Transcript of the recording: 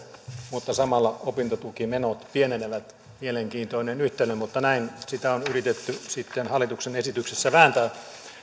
mutta samalla opintotukimenot pienenevät mielenkiintoinen yhtälö mutta näin sitä on yritetty sitten hallituksen esityksessä vääntää